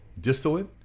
distillate